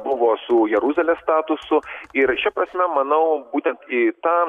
buvo su jeruzalės statusu ir šia prasme manau būtent į tą